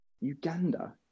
Uganda